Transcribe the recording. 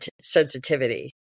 sensitivity